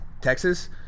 Texas